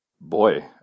boy